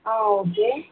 ஆ okay